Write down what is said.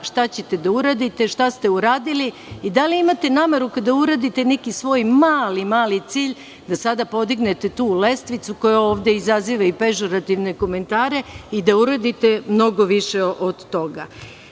šta ćete da uradite, šta ste uradili i da li imate nameru da kada uradite neki svoj mali, mali cilj, sada podignete tu lestvicu koja ovde izaziva pežorativne komentare i da uradite mnogo više od toga. Drago